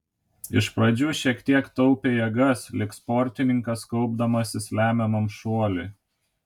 iš pradžių šiek tiek taupė jėgas lyg sportininkas kaupdamasis lemiamam šuoliui